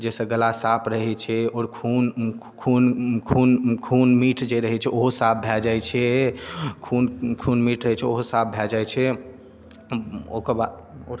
जाहिसऽ गला साफ रहै छै आओर खून खून खून खून मीठ जे रहै छै ओहो साफ भए जाइ छै खून खून मीठ रहै छै ओहो साफ भए जाय छै ओकर बाद आओर